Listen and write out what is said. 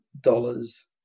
dollars